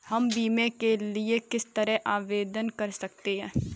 हम बीमे के लिए किस तरह आवेदन कर सकते हैं?